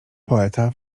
poeta